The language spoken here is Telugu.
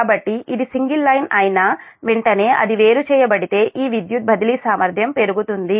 కాబట్టి ఇది సింగిల్ లైన్ అయిన వెంటనే అది వేరు చేయబడితే ఈ విద్యుత్ బదిలీ సామర్థ్యం పెరుగుతుంది